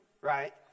right